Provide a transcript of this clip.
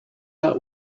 out